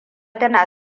tana